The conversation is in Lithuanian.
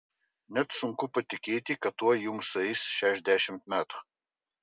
net sunku patikėti kad tuoj jums sueis šešiasdešimt metų